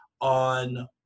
on